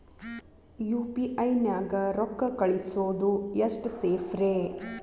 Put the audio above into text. UPI ನ್ಯಾಗ ರೊಕ್ಕ ಕಳಿಸೋದು ಎಷ್ಟ ಸೇಫ್ ರೇ?